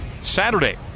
Saturday